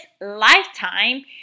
lifetime